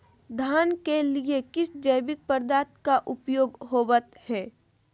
धान के लिए किस जैविक पदार्थ का उपयोग होवत है?